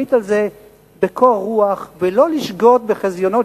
להביט על זה בקור רוח ולא לשגות בחזיונות